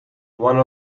one